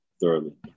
thoroughly